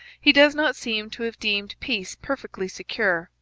he does not seem to have deemed peace perfectly secure,